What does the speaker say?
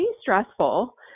stressful